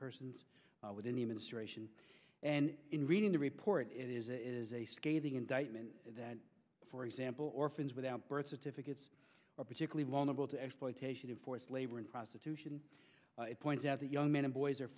persons within the administration and in reading the report it is it is a scathing indictment that for example orphans without birth certificates are particularly vulnerable to exploitation of forced labor and prostitution points out that young men and boys are